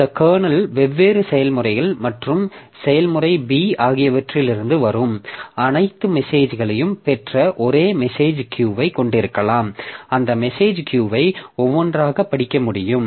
இந்த கர்னல் வெவ்வேறு செயல்முறைகள் மற்றும் செயல்முறை B ஆகியவற்றிலிருந்து வரும் அனைத்து மெசேஜ்களையும் பெற்ற ஒரு மெசேஜ் கியூவை கொண்டிருக்கலாம் அந்த மெசேஜ் கியூவை ஒவ்வொன்றாக படிக்க முடியும்